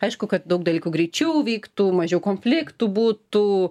aišku kad daug dalykų greičiau vyktų mažiau konfliktų būtų